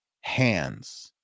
hands